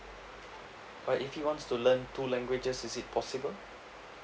uh if he wants to learn two languages is it possible